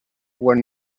were